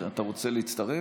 אתה רוצה להצטרף?